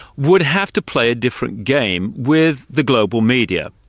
would have to play a different game with the global media.